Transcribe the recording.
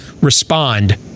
respond